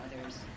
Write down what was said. other's